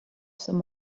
some